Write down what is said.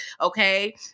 okay